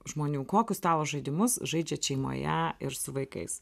žmonių kokius stalo žaidimus žaidžiat šeimoje ir su vaikais